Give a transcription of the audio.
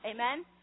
amen